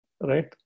right